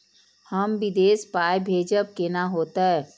हम विदेश पाय भेजब कैना होते?